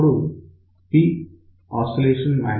అప్పుడు Poscmax